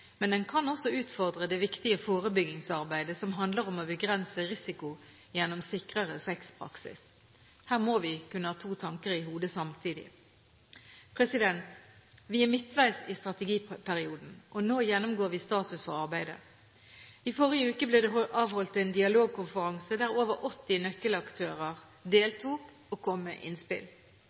men den kan også utfordre det viktige forebyggingsarbeidet som handler om å begrense risiko gjennom sikrere sexpraksis. Her må vi kunne ha to tanker i hodet samtidig. Vi er midtveis i strategiperioden, og nå gjennomgår vi status for arbeidet. I forrige uke ble det avholdt en dialogkonferanse der over 80 nøkkelaktører deltok og kom med innspill.